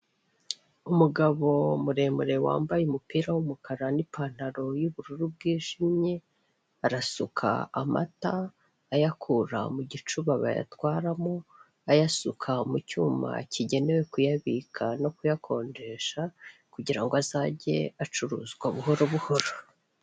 Umugabo muremure wambaye umupira w'umukara n'ipantaro y'ubururu bwijimye, arasuka amata ayakura mu gicuba bayatwaramo, ayasuka mu cyuma kigenewe kuyabika no kuyakonjesha kugira ngo azajye acuruzwa buhoro buhoro.